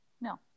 No